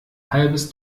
halbes